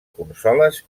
consoles